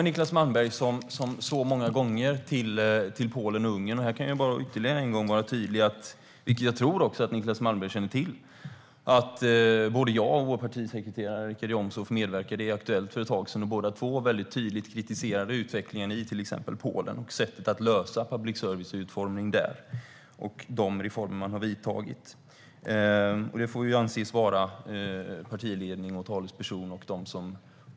Niclas Malmberg återkommer som så många gånger till det här med Polen och Ungern, och jag kan bara ytterligare en gång vara tydlig med att, vilket jag tror att Niclas Malmberg känner till, både jag och vår partisekreterare Richard Jomshof medverkade i Aktuellt för ett tag sedan och att båda två mycket tydligt kritiserade utvecklingen i till exempel Polen och sättet att lösa public services utformning där och de reformer som man har gjort. Och vi får anses vara representanter för partiledning och talesperson för partiet.